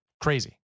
Crazy